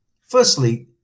Firstly